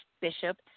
Bishop